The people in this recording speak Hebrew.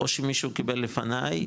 או שמישהו קיבל לפניי,